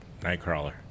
Nightcrawler